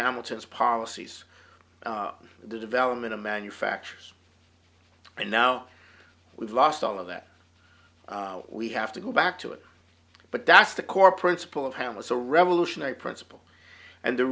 hamilton's policies the development of manufacturers and now we've lost all of that we have to go back to it but that's the core principle of him as a revolutionary principle and the